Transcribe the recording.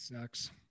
Sucks